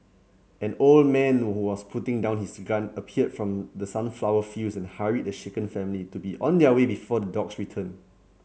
an old man who was putting down his gun appeared from the sunflower fields and hurried the shaken family to be on their way before the dogs return